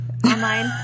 Online